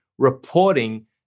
reporting